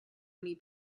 many